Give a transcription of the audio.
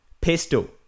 pistol